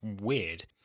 weird